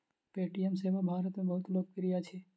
Paytm सेवा भारत में बहुत लोकप्रिय अछि